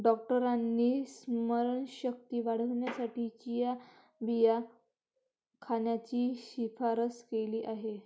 डॉक्टरांनी स्मरणशक्ती वाढवण्यासाठी चिया बिया खाण्याची शिफारस केली आहे